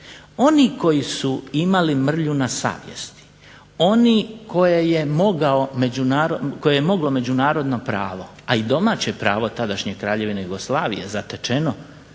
Oni koji su imali mrlju na savjesti, oni koje je moglo međunarodno pravo, a i domaće pravo tadašnje Kraljevine Jugoslavije zatečeno